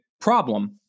problem